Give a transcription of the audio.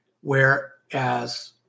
Whereas